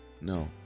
no